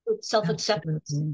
self-acceptance